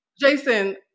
Jason